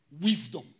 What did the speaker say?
wisdom